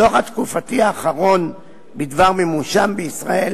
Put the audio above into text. הדוח התקופתי האחרון בדבר מימושן בישראל